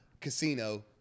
Casino